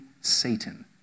Satan